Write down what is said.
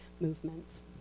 movements